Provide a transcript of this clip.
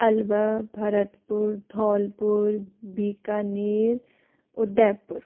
Alwar Bharatpur Dholpur Bikaner Udaipur